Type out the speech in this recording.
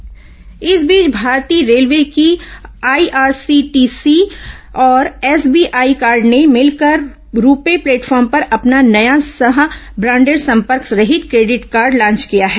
railway credit card इस बीच भारतीय रेलवे की आईआरसीटीसी और एसबीआई कार्ड ने मिलकर रूपे प्लेटफार्म पर अपना नया सह ब्रांडेड संपर्क रहित क्रेडिट कार्ड लांच किया है